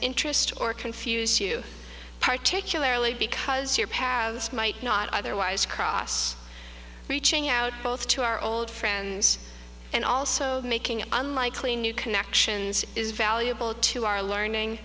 interest or confuse you particularly because your paths might not otherwise cross reaching out both to our old friends and also making unlikely new connections is valuable to our learning